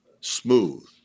smooth